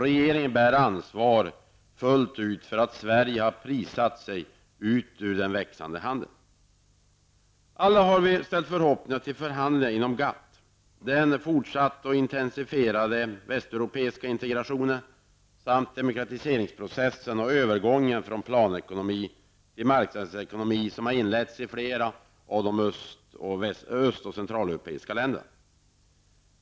Regeringen bär ansvar fullt ut för att Sverige har prissatt sig ut ur den växande handeln. Alla har vi ställt stora förhoppningar till förhandlingarna inom GATT, den fortsatta och intensifierade västeuropeiska integrationen samt demokratiseringsprocessen och övergången från planekonomi till marknadsekonomi som inletts i flera av länderna i Öst och Centraleuropa.